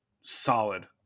solid